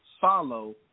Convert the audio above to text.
follow